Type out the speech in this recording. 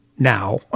Now